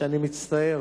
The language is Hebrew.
שאני מצטער